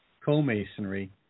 co-Masonry